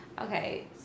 Okay